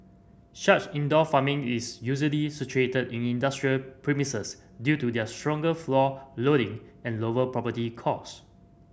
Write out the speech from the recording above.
such indoor farming is usually situated in industrial premises due to their stronger floor loading and lower property costs